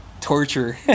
Torture